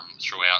throughout